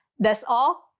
that's all.